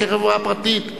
לא כחברה פרטית.